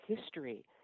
history